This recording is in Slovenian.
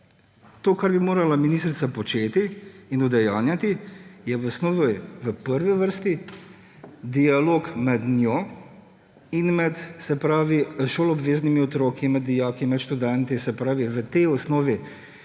to, kar bi morala ministrica početi in udejanjati, je v osnovi, v prvi vrsti dialog med njo in med šoloobveznimi otroki, med dijaki, med študenti. V tej osnovi